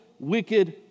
wicked